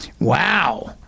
wow